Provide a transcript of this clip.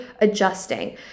adjusting